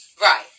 Right